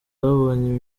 babonye